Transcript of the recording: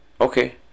Okay